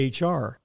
HR